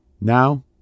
Now